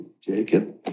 Jacob